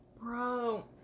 Bro